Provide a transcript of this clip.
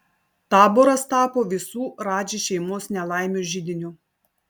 taboras tapo visų radži šeimos nelaimių židiniu